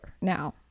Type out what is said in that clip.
Now